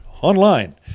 online